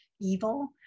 evil